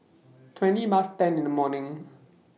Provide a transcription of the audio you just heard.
twenty Past ten in The morning